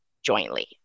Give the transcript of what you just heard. jointly